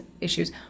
issues